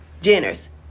Jenner's